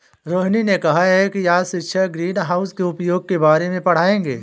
रोहिनी ने कहा कि आज शिक्षक ग्रीनहाउस के उपयोग के बारे में पढ़ाएंगे